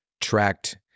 tracked